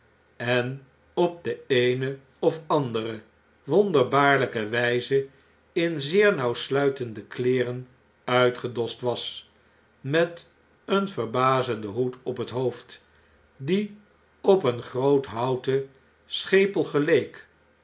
en op de eene of andere wonderbaarlijke wjjze in zeer nauwsluitende kleeren uitgedost was met een verbazenden hoed op het hoofd die op een groot houten schepel geleek